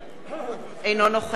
אינו נוכח